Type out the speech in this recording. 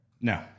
No